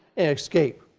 and escape.